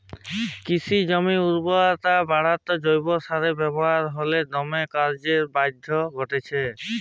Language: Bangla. কিসি জমির উরবরতা বাঢ়াত্যে জৈব সারের ব্যাবহার হালে দমে কর্যে বাঢ়্যে গেইলছে